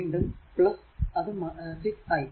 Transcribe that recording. വീണ്ടും അത് 6 i